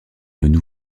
nouveau